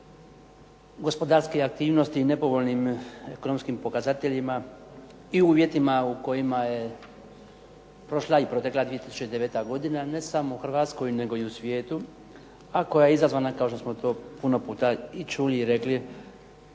gospodarske aktivnosti i nepovoljnim ekonomskim pokazateljima i uvjetima u kojima je prošla i protekla 2009. godina, ne samo u Hrvatskoj, nego i u svijetu, a koja je izazvana kao što smo to puno puta i čuli i rekli